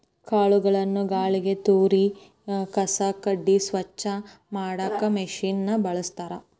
ಕಾಳುಗಳನ್ನ ಗಾಳಿಗೆ ತೂರಿ ಕಸ ಕಡ್ಡಿ ಸ್ವಚ್ಛ ಮಾಡಾಕ್ ಮಷೇನ್ ನ ಬಳಸ್ತಾರ